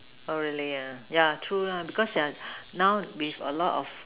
oh really ah yeah true lah because now with a lot of